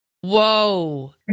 Whoa